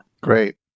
Great